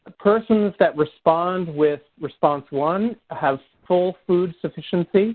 persons that respond with response one have full food sufficiency